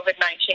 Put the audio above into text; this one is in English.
COVID-19